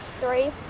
three